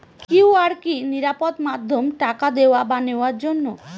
QR কি নিরাপদ মাধ্যম টাকা দেওয়া বা নেওয়ার জন্য?